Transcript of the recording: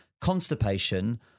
constipation